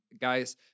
Guys